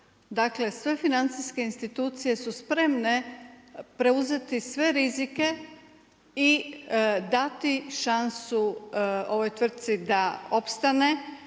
dakle sve financijske institucije su spremne preuzeti sve rizike i dati šansu ovoj tvrtci da opstane